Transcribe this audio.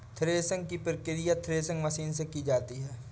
threshing की प्रकिया threshing machine से की जाती है